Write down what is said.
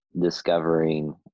discovering